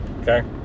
Okay